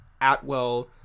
Atwell